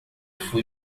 fui